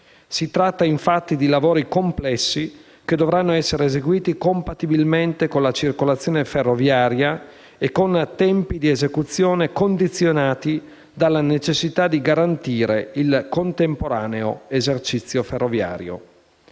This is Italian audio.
si tratta, infatti, di lavori complessi che dovranno essere eseguiti compatibilmente con la circolazione ferroviaria e con tempi di esecuzione condizionati dalla necessità di garantire il contemporaneo esercizio ferroviario.